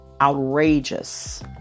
outrageous